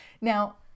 Now